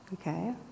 Okay